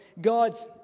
God's